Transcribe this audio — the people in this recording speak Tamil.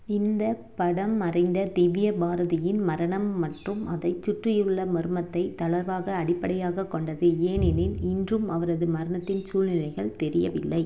இந்த படம் மறைந்த திவ்ய பாரதியின் மரணம் மற்றும் அதைச் சுற்றியுள்ள மர்மத்தை தளர்வாக அடிப்படையாகக் கொண்டது ஏனெனில் இன்றும் அவரது மரணத்தின் சூழ்நிலைகள் தெரியவில்லை